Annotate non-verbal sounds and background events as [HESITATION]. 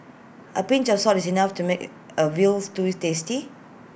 A pinch of salt is enough to make [HESITATION] A Veal Stew tasty